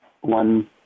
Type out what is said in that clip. one